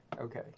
Okay